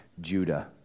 Judah